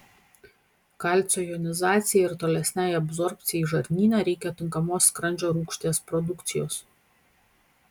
kalcio jonizacijai ir tolesnei absorbcijai žarnyne reikia tinkamos skrandžio rūgšties produkcijos